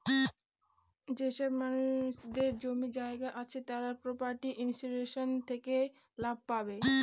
যেসব মানুষদের জমি জায়গা আছে তারা প্রপার্টি ইন্সুরেন্স থেকে লাভ পাবে